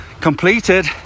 completed